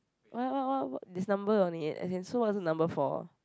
what what what this number only as in so what's the number for